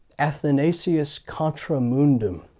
athanasius contra mundum.